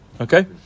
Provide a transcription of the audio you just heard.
Okay